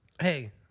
Hey